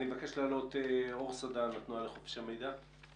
אני מבקש להעלות את אור סדן, התנועה לחופש המידע.